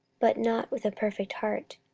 but not with a perfect heart.